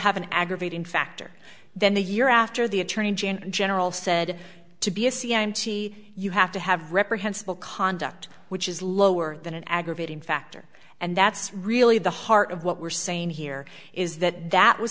an aggravating factor then the year after the attorney general said to be a c m t you have to have reprehensible conduct which is lower than an aggravating factor and that's really the heart of what we're saying here is that that was